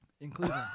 Including